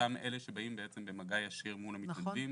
בהיותם אלה שבאים בעצם במגע ישיר מול המתנדבים.